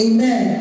Amen